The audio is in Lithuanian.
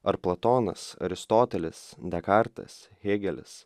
ar platonas aristotelis dekartas hėgelis